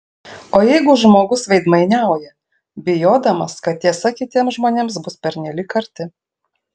o jeigu žmogus veidmainiauja bijodamas kad tiesa kitiems žmonėms bus pernelyg karti